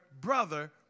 brother